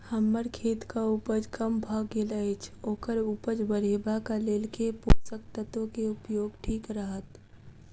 हम्मर खेतक उपज कम भऽ गेल अछि ओकर उपज बढ़ेबाक लेल केँ पोसक तत्व केँ उपयोग ठीक रहत?